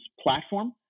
platform